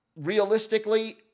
Realistically